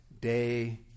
day